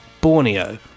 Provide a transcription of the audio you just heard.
Borneo